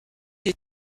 des